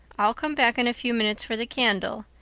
i'll come back in a few minutes for the candle.